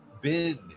bid